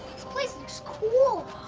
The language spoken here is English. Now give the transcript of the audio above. this place looks cool!